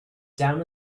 down